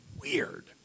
weird